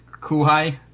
Kuhai